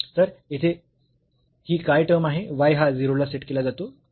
तर येथे ही काय टर्म आहे y हा 0 ला सेट केला जातो